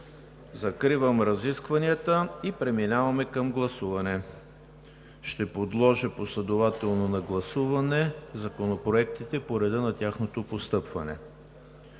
Закривам разискванията и преминаваме към гласуване. Ще подложа последователно на гласуване законопроектите по реда на тяхното постъпване.